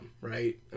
right